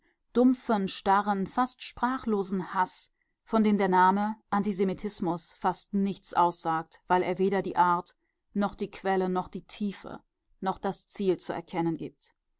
dumpfen starren fast sprachlosen haß von dem der name antisemitismus fast nichts aussagt weil er weder die art noch die quelle noch die tiefe noch das ziel zu erkennen gibt